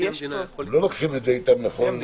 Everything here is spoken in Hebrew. נשיא המדינה יכול להיות בכל מקום?